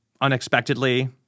unexpectedly